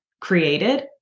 created